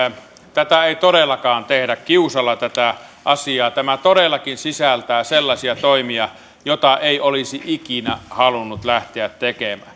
tätä asiaa ei todellakaan tehdä kiusalla tämä todellakin sisältää sellaisia toimia joita ei olisi ikinä halunnut lähteä tekemään